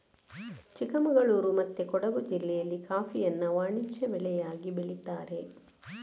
ಚಿಕ್ಕಮಗಳೂರು ಮತ್ತೆ ಕೊಡುಗು ಜಿಲ್ಲೆಯಲ್ಲಿ ಕಾಫಿಯನ್ನ ವಾಣಿಜ್ಯ ಬೆಳೆಯಾಗಿ ಬೆಳೀತಾರೆ